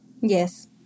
Yes